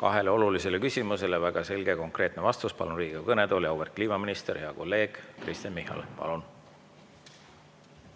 kahele olulisele küsimusele väga selge ja konkreetne vastus. Palun Riigikogu kõnetooli auväärt kliimaministri, hea kolleegi Kristen Michali. Palun!